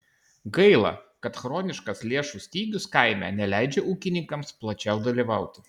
gaila kad chroniškas lėšų stygius kaime neleidžia ūkininkams plačiau dalyvauti